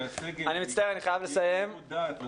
עם שיקול דעת לסגל.